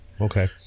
Okay